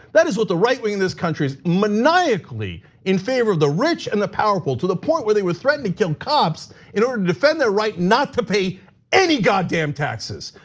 that is what the right wing in this country is, maniacally in favor of the rich and the powerful, to the point where they would threaten to kill cops in order to defend their right not to pay any goddamn taxes.